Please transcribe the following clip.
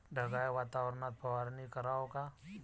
ढगाळ वातावरनात फवारनी कराव का?